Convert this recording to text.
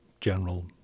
general